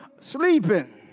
sleeping